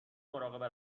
مراقب